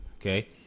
Okay